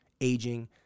aging